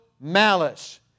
malice